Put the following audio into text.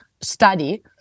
study